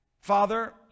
Father